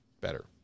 better